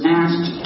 asked